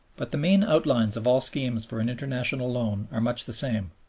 but the main outlines of all schemes for an international loan are much the same,